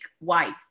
wife